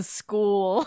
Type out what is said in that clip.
school